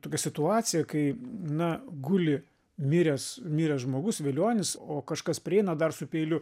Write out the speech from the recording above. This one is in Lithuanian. tokią situaciją kai na guli miręs miręs žmogus velionis o kažkas prieina dar su peiliu